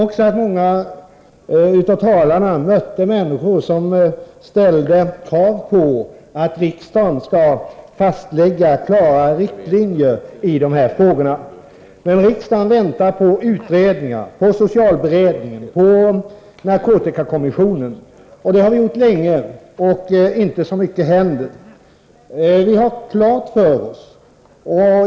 Jag tror att många av talarna mötte människor som ställde krav på att riksdagen skall fastlägga klara riktlinjer i dessa frågor, men riksdagen väntar på utredningar från socialberedningen och narkotikakommissionen. Det har vi gjort länge, och det händer inte så mycket.